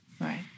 Right